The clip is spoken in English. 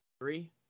three